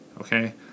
Okay